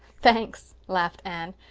thanks, laughed anne,